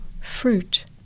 fruit